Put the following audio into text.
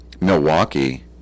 Milwaukee